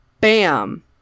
Bam